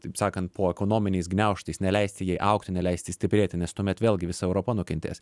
taip sakant po ekonominiais gniaužtais neleisti jai augti neleisti stiprėti nes tuomet vėlgi visa europa nukentės